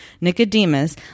Nicodemus